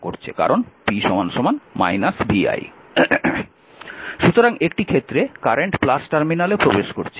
কারণ p v i সুতরাং একটি ক্ষেত্রে কারেন্ট টার্মিনালে প্রবেশ করছে